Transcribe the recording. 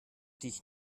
dich